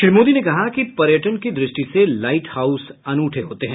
श्री मोदी ने कहा कि पर्यटन की दृष्टि से लाइट हाउस अनूठे होते हैं